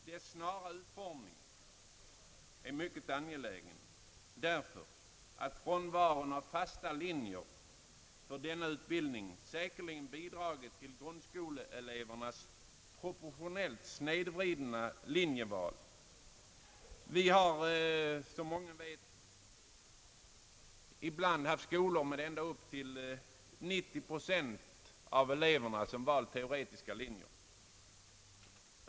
Dess snara utformning är mycket angelägen därför att frånvaron av fasta linjer för denna utbildning säkerligen bidragit till grundskoleelevernas proportionellt snedvridna linjeval. Vi har, som många vet, skolor där ibland ända upp till 90 procent av eleverna har valt teoretiska linjer.